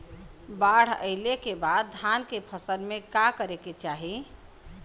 बाढ़ आइले के बाद धान के फसल में का करे के चाही?